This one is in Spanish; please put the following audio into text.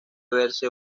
verse